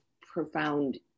profound